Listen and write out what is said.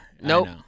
Nope